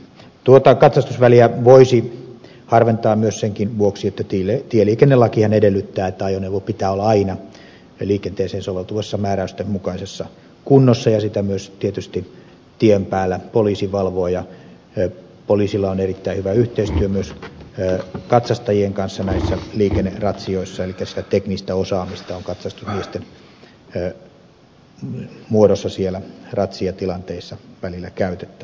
tuota katsastusväliä voisi harventaa myös sen vuoksi että tieliikennelakihan edellyttää että ajoneuvon pitää olla aina liikenteeseen soveltuvassa määräysten mukaisessa kunnossa ja sitä myös tietysti tien päällä poliisi valvoo ja poliisilla on erittäin hyvä yhteistyö myös katsastajien kanssa näissä liikenneratsioissa elikkä sitä teknistä osaamista on katsastusmiesten muodossa siellä ratsiatilanteessa välillä käytettävissä